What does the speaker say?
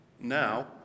Now